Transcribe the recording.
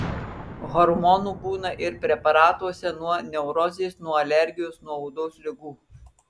hormonų būna ir preparatuose nuo neurozės nuo alergijų nuo odos ligų